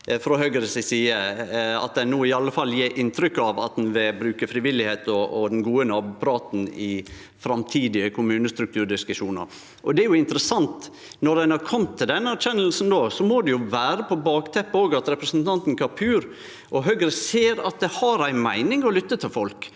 frå Høgre si side, at ein no i alle fall gjev inntrykk av at ein vil bruke frivilligheit og den gode nabopraten i framtidige kommunestrukturdiskusjonar. Det er jo interessant: Når ein har kome til den erkjenninga no, må det jo vera på bakgrunn av at representanten Kapur og Høgre ser at det har ei meining å lytte til folk.